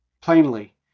plainly